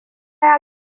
ya